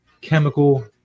chemical